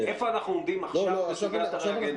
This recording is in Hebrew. איפה אנחנו עומדים עכשיו בסוגיית הריאגנטים?